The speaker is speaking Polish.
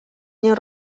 nie